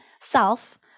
self